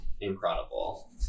incredible